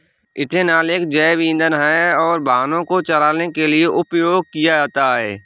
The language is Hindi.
इथेनॉल एक जैव ईंधन है और वाहनों को चलाने के लिए उपयोग किया जाता है